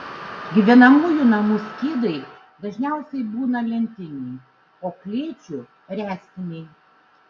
gyvenamųjų namų skydai dažniausiai būna lentiniai o klėčių ręstiniai